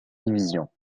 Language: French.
division